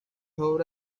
obra